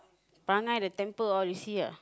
perangai the temper all you see ah